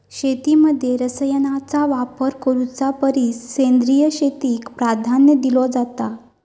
शेतीमध्ये रसायनांचा वापर करुच्या परिस सेंद्रिय शेतीक प्राधान्य दिलो जाता